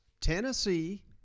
Tennessee